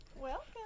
welcome